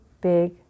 big